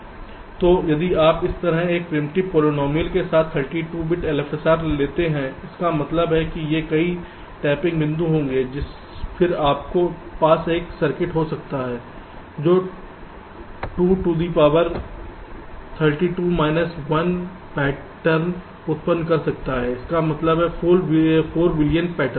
तो यदि आप इस तरह एक प्रिमिटिव पोलीनोमिअल के साथ 32 बिट LFSR लेते हैं इसका मतलब है कि ये कई टैपिंग बिंदु होंगे फिर आपके पास एक सर्किट हो सकता है जो 2 to the power 32 minus 1 pattern उत्पन्न कर सकता है इसका मतलब है 4 बिलियन पैटर्न